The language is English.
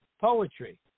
poetry